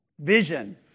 vision